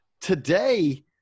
Today